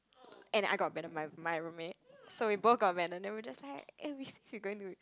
and I got abandoned by my roommate so we both got abandoned then we were just like eh going to